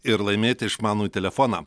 ir laimėti išmanųjį telefoną